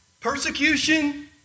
Persecution